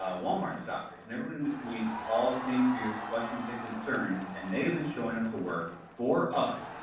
ah walmart stockers, and everyone in between have all the same fears, questions and concerns, and they have been showing up to work, for us,